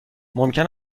ممکن